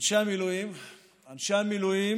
אנשי המילואים